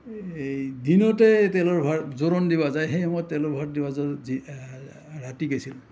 এই দিনতে তেলৰ ভাৰ জোৰণ দিবা যায় সেই সময়ত তেলৰ ভাৰ দিবা যা যি ৰাতি গৈছিল